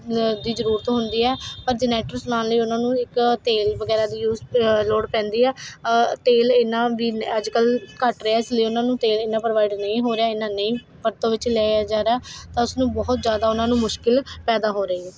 ਦੀ ਜ਼ਰੂਰਤ ਹੁੰਦੀ ਹੈ ਪਰ ਜਨੇਰਟਰ ਚਲਾਉਣ ਲਈ ਉਹਨਾਂ ਨੂੰ ਇੱਕ ਤੇਲ ਵਗੈਰਾ ਦੀ ਯੂਜ ਲੋੜ ਪੈਂਦੀ ਆ ਤੇਲ ਇਨ੍ਹਾਂ ਵੀ ਅੱਜ ਕੱਲ੍ਹ ਘੱਟ ਰਿਹਾ ਇਸ ਲਈ ਉਹਨਾਂ ਨੂੰ ਤੇਲ ਇਹਨਾਂ ਪ੍ਰੋਵਾਈਡ ਨਹੀਂ ਹੋ ਰਿਹਾ ਇਹਨਾਂ ਨਹੀਂ ਵਰਤੋਂ ਵਿੱਚ ਲਿਆ ਜਾ ਰਿਹਾ ਤਾਂ ਉਸਨੂੰ ਬਹੁਤ ਜ਼ਿਆਦਾ ਉਹਨਾਂ ਨੂੰ ਮੁਸ਼ਕਿਲ ਪੈਦਾ ਹੋ ਰਹੀ ਹੈ